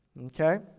Okay